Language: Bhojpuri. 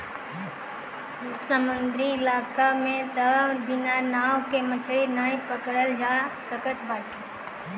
समुंदरी इलाका में तअ बिना नाव के मछरी नाइ पकड़ल जा सकत बाटे